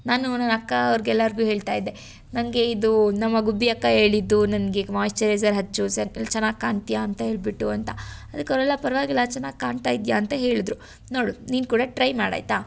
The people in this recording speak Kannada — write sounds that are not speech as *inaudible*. ನಾನು ನನ್ನ ಅಕ್ಕ ಅವ್ರ್ಗು ಎಲ್ಲರಿಗೂ ಹೇಳ್ತಾ ಇದ್ದೆ ನನಗೆ ಇದು ನಮ್ಮ ಗುಬ್ಬಿ ಅಕ್ಕ ಹೇಳಿದ್ದು ನನಗೆ ಮಾಯಿಶ್ಚರೈಸರ್ ಹಚ್ಚು *unintelligible* ಚೆನ್ನಾಗಿ ಕಾಣ್ತಿಯ ಅಂತ ಹೇಳ್ಬಿಟ್ಟು ಅಂತ ಅದಕ್ಕೆ ಅವರೆಲ್ಲ ಪರವಾಗಿಲ್ಲ ಚೆನ್ನಾಗಿ ಕಾಣ್ತಾ ಇದ್ದಿಯಾ ಅಂತ ಹೇಳಿದ್ರು ನೋಡು ನೀನು ಕೂಡ ಟ್ರೈ ಮಾಡಿ ಆಯಿತಾ